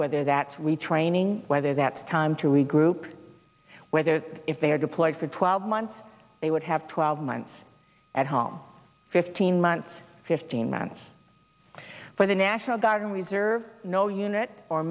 whether that's retraining whether that time to regroup whether if they are deployed twelve months they would have twelve months at home fifteen months fifteen months for the national guard and reserve no unit or